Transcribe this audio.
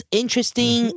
interesting